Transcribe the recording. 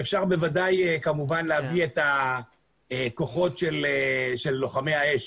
אפשר בוודאי להביא את לוחמי האש.